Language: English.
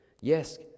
Yes